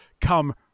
come